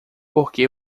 porque